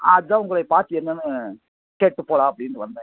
அதுதான் உங்களை பார்த்து என்னென்று கேட்டுவிட்டு போகலாம் அப்படின்னு வந்தேன்